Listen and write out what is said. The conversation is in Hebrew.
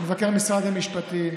לפי הנחיית בית המשפט,